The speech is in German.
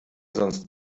sonst